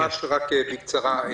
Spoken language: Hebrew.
ממש בקצרה.